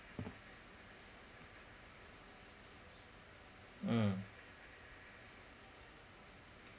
mm